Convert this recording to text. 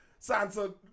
Sansa